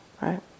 right